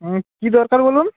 হুম কী দরকার বলুন